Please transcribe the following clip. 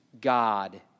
God